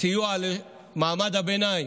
סיוע למעמד הביניים,